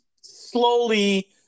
slowly